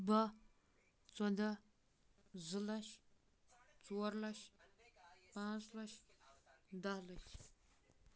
باہہ ژۄداہ زٕ لَچھ ژور لَچھ پانٛژھ لَچھ دَہ لَچھ